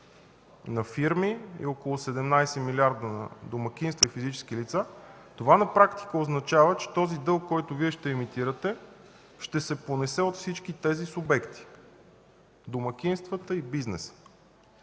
на фирми и около 17 милиарда на домакинства и физически лица. Което на практика означава, че този дълг, който Вие ще емитирате, ще се понесе от всички тези субекти – домакинствата и бизнеса.